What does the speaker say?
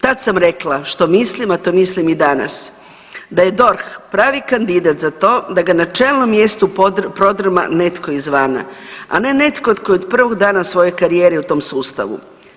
Tad sam rekla što mislim, a to mislim i danas da je DORH pravi kandidat za to da ga na čelnom mjestu prodrma netko iz vana, a ne netko tko je od prvog dana svoje karijere u svom sustavu.